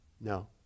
No